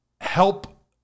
help